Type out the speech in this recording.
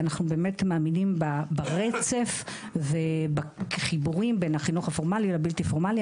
אנחנו באמת מאמינים ברצף ובחיבורים בין החינוך הפורמלי לבלתי פורמלי.